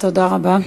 תודה רבה,